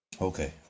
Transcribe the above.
Okay